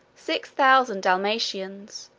six thousand dalmatians,